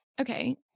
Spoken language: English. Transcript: Okay